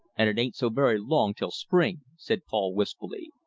and it ain't so very long till spring, said paul wistfully.